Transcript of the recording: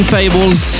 Fables